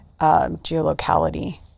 geolocality